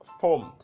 formed